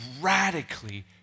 radically